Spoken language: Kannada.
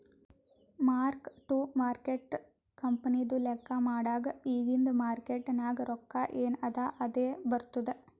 ಮಾರ್ಕ್ ಟು ಮಾರ್ಕೇಟ್ ಕಂಪನಿದು ಲೆಕ್ಕಾ ಮಾಡಾಗ್ ಇಗಿಂದ್ ಮಾರ್ಕೇಟ್ ನಾಗ್ ರೊಕ್ಕಾ ಎನ್ ಅದಾ ಅದೇ ಬರ್ತುದ್